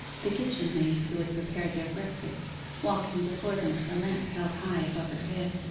the kitchen-maid who had prepared their breakfast walking before them with a lamp held high above her head,